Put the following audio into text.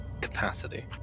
capacity